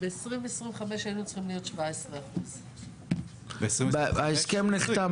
ב-2025 היינו צריכים להיות 17%. מתי נחתם ההסכם?